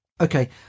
okay